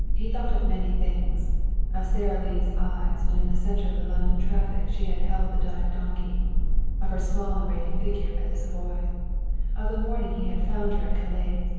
he thought of many things of sara lee's eyes when in the center of the london traffic she had held the dying donkey of her small and radiant figure at the savoy of the morning he had found her at calais,